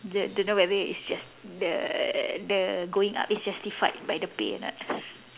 d~ don't know whether it's just~ the the going up is justified by the pay or not